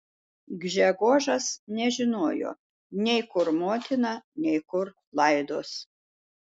gžegožas nežinojo nei kur motina nei kur laidos